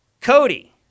Cody